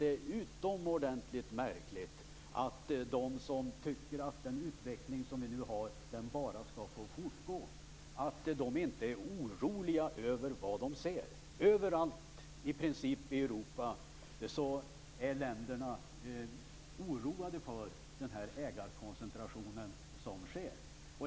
Det är utomordentligt märkligt att de som tycker att den utveckling vi nu har bara skall få fortgå inte är oroliga över vad de ser. I princip överallt i Europa är länderna oroade för den ägarkoncentration som sker.